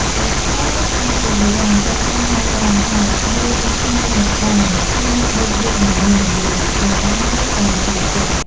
ប៉ុន្តែកាលពីបុរាណចាស់ៗហាមប្រាមថា មើលមុខខ្មោចមិនបានខ្លាចដេកយប់មមើមមាយ ម្លោះហើយក៏ជឿជាក់។